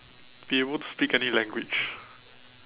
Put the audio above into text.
be able to speak any language